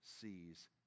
sees